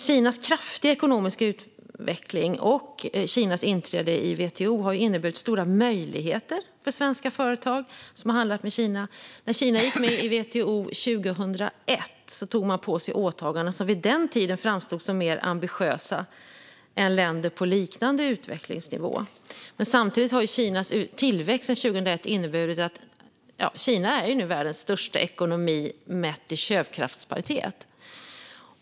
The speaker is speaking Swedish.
Kinas kraftiga ekonomiska utveckling och Kinas inträde i WTO har ju inneburit stora möjligheter för svenska företag som har handlat med Kina. När Kina gick med i WTO år 2001 tog man på sig åtaganden som vid den tiden framstod som mer ambitiösa än åtagandena från länder på liknande utvecklingsnivå. Samtidigt har Kinas tillväxt sedan 2001 inneburit att Kina nu är världens största ekonomi mätt i köpkraftsparitet.